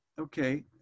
Okay